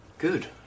Good